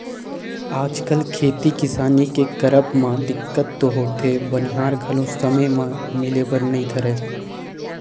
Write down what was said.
आजकल खेती किसानी के करब म दिक्कत तो होथे बनिहार घलो समे म मिले बर नइ धरय